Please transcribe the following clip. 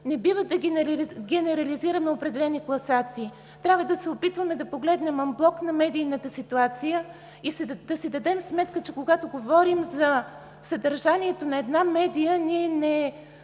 не бива да генерализираме определени класации. Трябва да се опитваме да погледнем анблок на медийната ситуация и да си дадем сметка, че когато говорим за съдържанието на една медия, не